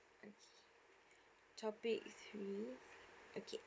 topic three okay